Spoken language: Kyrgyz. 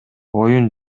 оюн